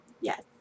Yes